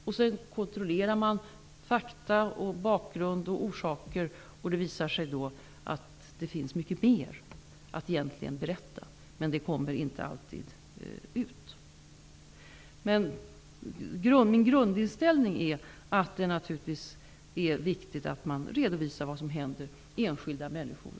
När jag har kontrollerat fakta, bakgrund och orsaker visar det sig att det fanns mycket mera att berätta. Detta kommer inte alltid ut. Min grundinställning är att det naturligtvis är viktigt att man redovisar vad som händer enskilda människor.